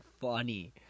funny